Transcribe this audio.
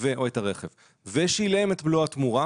או את הרכב ושילם את מלוא התמורה,